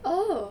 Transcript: oh